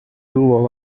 tuvo